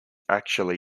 actually